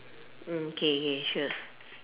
okay okay sure